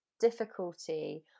difficulty